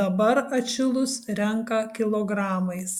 dabar atšilus renka kilogramais